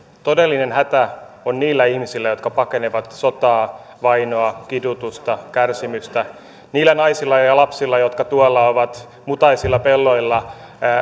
todellinen hätä on niillä ihmisillä jotka pakenevat sotaa vainoa kidutusta kärsimystä niillä naisilla ja ja lapsilla jotka ovat tuolla mutaisilla pelloilla